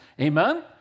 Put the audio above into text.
Amen